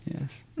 yes